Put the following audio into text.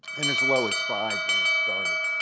and as low as five when it started.